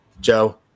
Joe